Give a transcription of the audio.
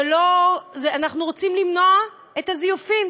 אנחנו רוצים למנוע זיופים.